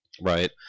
Right